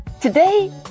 Today